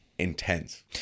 Intense